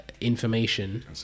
information